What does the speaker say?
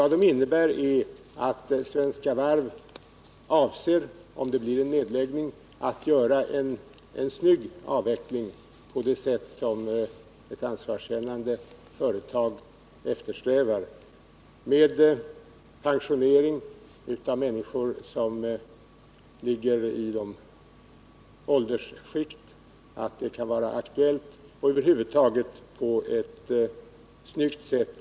De innebär att Svenska Varv avser att, om det blir en nedläggning, göra en snygg avveckling på det sätt som ett ansvarskännande företag eftersträvar, med pensionering av de människor som ligger i de åldersskikt där detta kan vara aktuellt och f. .ö.